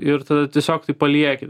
ir tada tiesiog taip palieki